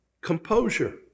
composure